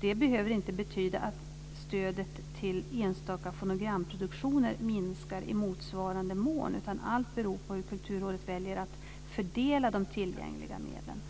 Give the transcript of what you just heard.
Det behöver inte betyda att stödet till enstaka fonogramproduktioner minskar i motsvarande mån. Allt beror på hur Kulturrådet väljer att fördela de tillgängliga medlen.